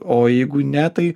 o jeigu ne tai